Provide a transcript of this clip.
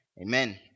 Amen